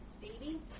baby